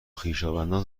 خویشاوندان